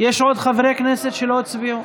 יש עוד חברי כנסת שלא הצביעו?